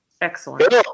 Excellent